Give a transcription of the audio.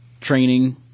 training